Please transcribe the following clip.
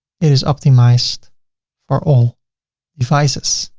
it is optimized for all devices.